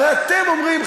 הרי אתם מדברים,